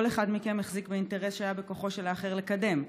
כל אחד מכם החזיק באינטרס שהיה בכוחו של האחר לקדם: